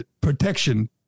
protection